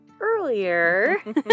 earlier